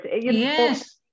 Yes